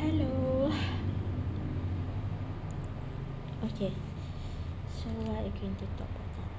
hello okay so what you continue talk about